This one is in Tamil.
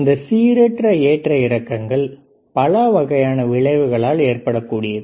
இந்த சீரற்ற ஏற்ற இறக்கங்கள் பலவகையான விளைவுகளால் ஏற்படக்கூடியது